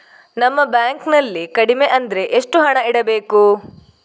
ನಮ್ಮ ಬ್ಯಾಂಕ್ ನಲ್ಲಿ ಕಡಿಮೆ ಅಂದ್ರೆ ಎಷ್ಟು ಹಣ ಇಡಬೇಕು?